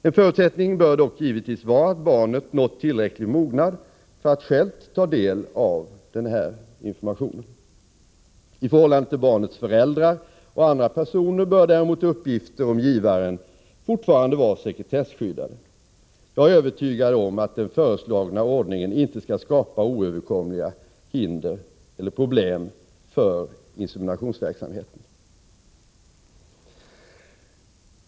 En förutsättning bör dock givetvis vara att barnet nått tillräcklig mognad för att självt ta del av denna information. I förhållande till barnets föräldrar och andra personer bör däremot uppgifterna om givaren fortfarande vara sekretesskyddade. Jag är övertygad om att den föreslagna ordningen inte skall skapa oöverkomliga hinder eller problem för inseminationsverksamheten.